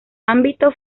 ámbito